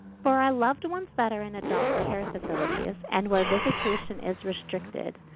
for our loved ones that are in adult care facilities and where visitation is restricted,